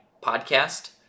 podcast